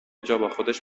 جاباخودش